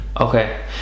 Okay